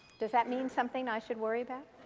does that mean something i should worry about?